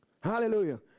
Hallelujah